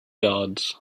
yards